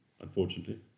Unfortunately